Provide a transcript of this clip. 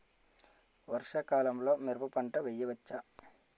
వర్షాకాలంలో మిరప పంట వేయవచ్చా?